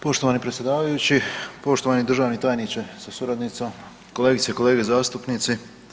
Poštovani predsjedavajući, poštovani državni tajniče sa suradnicom, kolegice i kolege zastupnici.